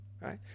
right